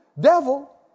devil